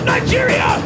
Nigeria